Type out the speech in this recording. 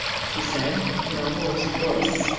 she said in a hoarse voice.